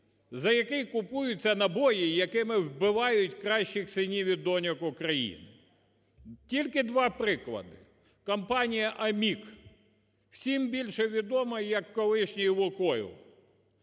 за які купуються набої і якими вбивають кращих синів і доньок України. Тільки два приклади. Компанія "АМІК", всім більше відома як колишній "Лукойл".